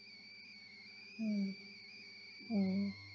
mmhmm